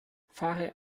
fahre